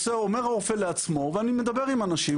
רופא אומר לעצמו ואני מדבר עם אנשים,